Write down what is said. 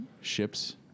ships